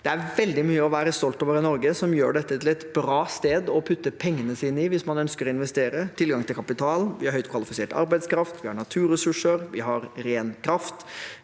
Det er veldig mye å være stolt over i Norge, og som gjør dette til et bra sted å putte pengene sine i hvis man ønsker å investere: Vi har tilgang til kapital, vi har høyt kvalifisert arbeidskraft, vi har naturressurser, vi har ren kraft,